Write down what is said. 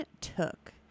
took